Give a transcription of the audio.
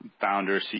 founder